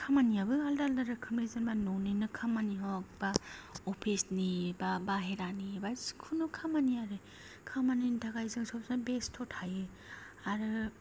खामानियाबो आलदा आलदा रोखौमै जेनोबा न'निनो खामानि हग बा अफिसनि बा बायह्रानि बा जिखुनु खामानि आरो खामानिनि थाखाय जों सबस'माय बेस्थ' थायो आरो